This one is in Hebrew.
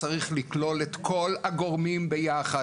צריך לכלול את כל הגורמים ביחד,